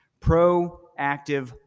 proactive